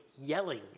yelling